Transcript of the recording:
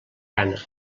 gana